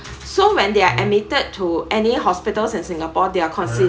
so when they are admitted to any hospitals in singapore their considered